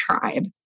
tribe